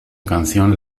canción